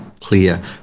clear